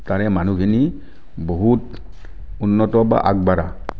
তাৰে মানুহখিনি বহুত উন্নত বা আগবঢ়া